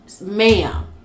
ma'am